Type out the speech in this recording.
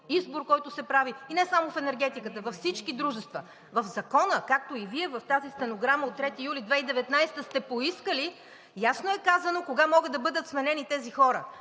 избор, който се прави и не само в енергетиката, във всички дружества. В Закона, както и Вие в тази стенограма (показва стенограмата) от 3 юли 2019 г. сте поискали, ясно е казано кога могат да бъдат сменени тези хора